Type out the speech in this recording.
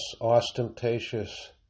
ostentatious